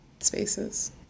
spaces